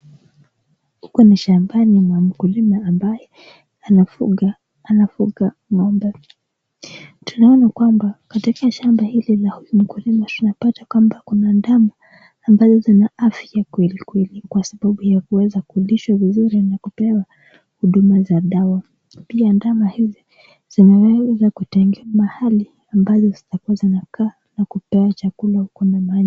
Huku ni shambani mwa mkulima ambaye anafuga ngombe, tunaona kwamba katika shamba hili la mkulima tunapata kwamba kuna ndama ambaye ana afia kweli kweli kwa kuweza kulishwa vizuri na kupewa huduma za dawa, pia ndama hizi zimeweza kutengewa mahali ambayo zitakua zinakaa na kupewa chakula huko na maji.